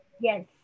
Yes